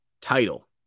title